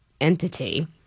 Entity